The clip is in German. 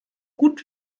gut